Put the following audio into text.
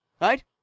right